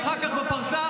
אחר כך, בפרסה